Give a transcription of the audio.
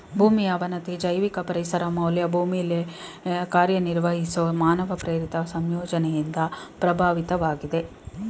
ಭೂಮಿ ಅವನತಿ ಜೈವಿಕ ಪರಿಸರ ಮೌಲ್ಯ ಭೂಮಿಲಿ ಕಾರ್ಯನಿರ್ವಹಿಸೊ ಮಾನವ ಪ್ರೇರಿತ ಸಂಯೋಜನೆಯಿಂದ ಪ್ರಭಾವಿತವಾಗಿದೆ